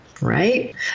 Right